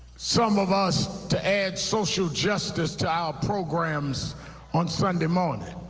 some of us to add social justice to our programs on sunday morning.